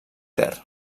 ter